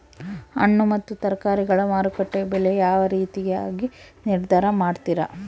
ಹಣ್ಣು ಮತ್ತು ತರಕಾರಿಗಳ ಮಾರುಕಟ್ಟೆಯ ಬೆಲೆ ಯಾವ ರೇತಿಯಾಗಿ ನಿರ್ಧಾರ ಮಾಡ್ತಿರಾ?